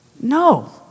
No